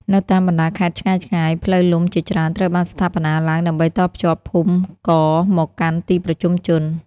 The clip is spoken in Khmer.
នៅតាមបណ្តាខេត្តឆ្ងាយៗ ផ្លូវលំជាច្រើនត្រូវបានស្ថាបនាឡើងដើម្បីតភ្ជាប់ភូមិករមកកាន់ទីប្រជុំជន។